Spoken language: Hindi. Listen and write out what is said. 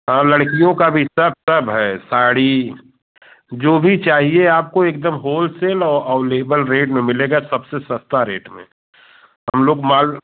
हाँ लड़कियों का भी सब सब है साड़ी जो भी चाहिए आपको एकदम होलसेल औ और लेबल रेट में मिलेगा सबसे सस्ता रेट में हम लोग माल